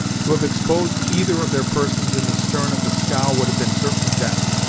to have exposed either of their persons in the stern of the scow would have been certain death,